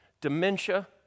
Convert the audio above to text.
dementia